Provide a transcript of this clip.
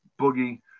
boogie